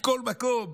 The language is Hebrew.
מכל מקום,